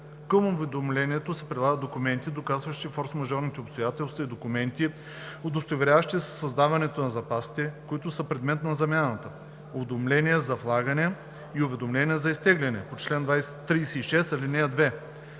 Към уведомлението се прилагат документи, доказващи форсмажорните обстоятелства, и документи, удостоверяващи създаването на запасите, които са предмет на замяната – уведомление за влагане и уведомление за изтегляне по чл. 36, ал. 2,